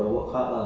mm